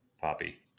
poppy